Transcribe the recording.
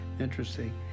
Interesting